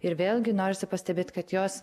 ir vėlgi norisi pastebėt kad jos